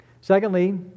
Secondly